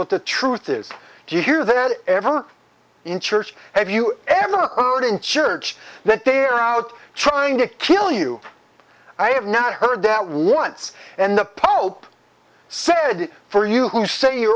what the truth is do you hear that ever in church have you ever heard in church that they're out trying to kill you i have not heard that once and the pope said it for you who say